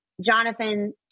Jonathan